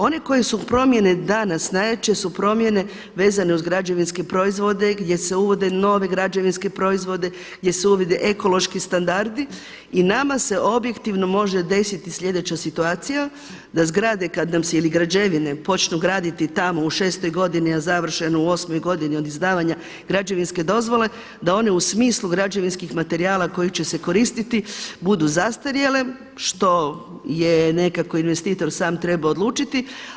One koje su promjene danas, najjače su promjene vezane uz građevinske proizvode gdje se uvode novi građevinski proizvodi, gdje se uvode ekološki standardi i nama se objektivno može desiti sljedeća situacija, da zgrade ili građevine kada nam se počnu graditi tamo u šestoj godini, a završeno u osmoj godini od izdavanja građevinske dozvole da one u smislu građevinskih materijala koji će se koristiti budu zastarjele što je nekako investitor sam trebao odlučiti.